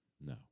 No